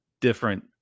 different